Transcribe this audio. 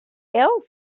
else